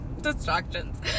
distractions